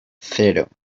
cero